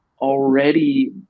already